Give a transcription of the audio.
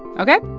ok?